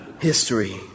History